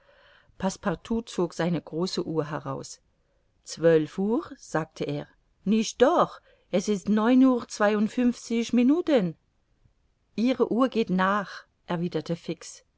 passepartout zog seine große uhr heraus zwölf uhr sagte er nicht doch es ist neun uhr zweiundfünfzig minuten ihre uhr geht nach erwiderte fix